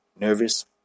nervous